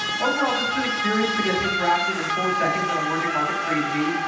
overall this is an experience that gets interactive in four seconds on emerging market three g,